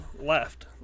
left